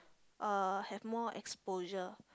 uh have more exposure